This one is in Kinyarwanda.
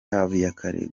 habiyakare